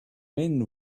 men